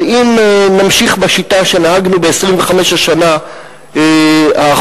אבל אם נמשיך בשיטה שנהגנו ב-25 שנה האחרונות,